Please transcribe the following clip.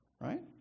Right